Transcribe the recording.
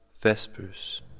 Vespers